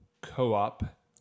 co-op